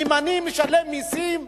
אם אני משלם מסים,